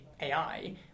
AI